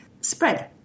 spread